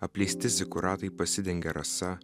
apleisti zikuratai pasidengia rasa